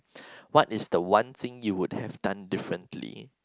what is the one thing you would have done differently